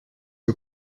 que